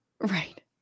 Right